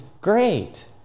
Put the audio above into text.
great